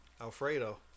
Alfredo